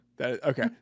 Okay